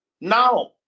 Now